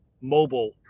mobile